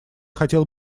хотел